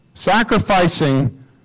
Sacrificing